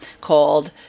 called